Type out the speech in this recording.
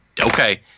okay